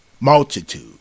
Multitude